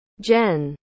Jen